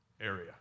area